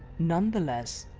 nonetheless,